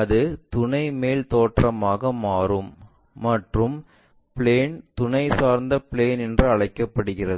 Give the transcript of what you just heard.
அது துணை மேல் தோற்றமாக மாறும் மற்றும் பிளேன் துணை சாய்ந்த பிளேன் என்று அழைக்கப்படுகிறது